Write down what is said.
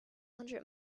hundred